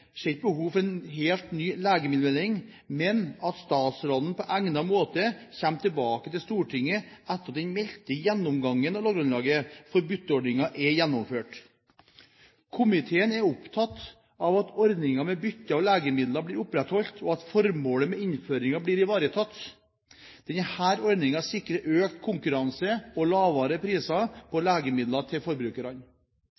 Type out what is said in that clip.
komiteen ser ikke behov for en helt ny legemiddelordning, men at statsråden på egnet måte kommer tilbake til Stortinget etter at den meldte gjennomgangen av lovgrunnlaget for bytteordningen er gjennomført. Komiteen er opptatt av at ordningen med bytte av legemidler blir opprettholdt, og at formålet med innføringen blir ivaretatt. Denne ordningen sikrer økt konkurranse og lavere priser på